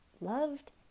loved